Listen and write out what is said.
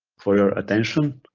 for your attention.